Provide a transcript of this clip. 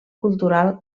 cultural